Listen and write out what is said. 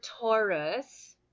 Taurus